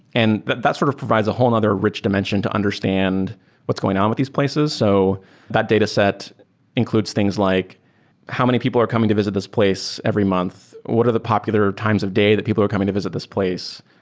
and that that sort of provides a whole another rich dimension to understand what's going on with these places. so that data set includes things like how many people are coming to visit this place every month. what are the popular times of day that people coming to visit this place?